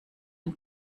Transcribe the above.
den